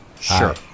Sure